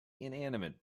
inanimate